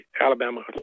Alabama